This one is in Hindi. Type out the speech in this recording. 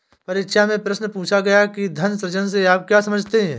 परीक्षा में प्रश्न पूछा गया कि धन सृजन से आप क्या समझते हैं?